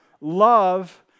love